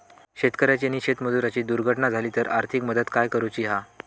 शेतकऱ्याची आणि शेतमजुराची दुर्घटना झाली तर आर्थिक मदत काय करूची हा?